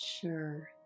sure